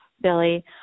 Billy